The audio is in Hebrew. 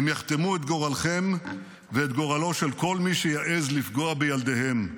הם יחתמו את גורלכם ואת גורלו של כל מי שיעז לפגוע בילדיהם.